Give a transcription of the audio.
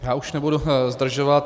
Já už nebudu zdržovat.